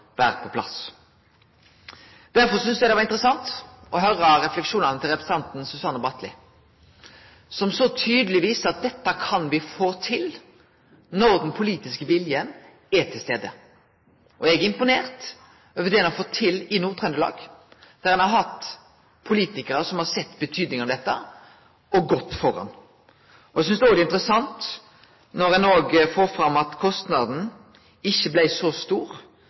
på plass. Derfor syntest eg det var interessant å høyre refleksjonane til representanten Susanne Bratli, som så tydeleg viser at dette kan vi få til, når den politiske viljen er til stades. Eg er imponert over det ein har fått til i Nord-Trøndelag, der ein har hatt politikarar som har sett betydinga av dette, og gått føre. Eg synest òg det er interessant når ein får fram at kostnaden ikkje blei så stor